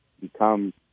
become